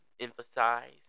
emphasize